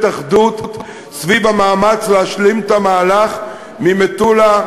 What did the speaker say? אחדות סביב המאמץ להשלים את המהלך ממטולה,